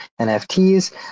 nfts